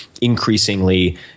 increasingly